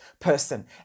person